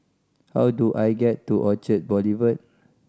how do I get to Orchard Boulevard